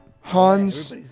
Hans